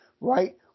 right